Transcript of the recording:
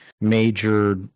major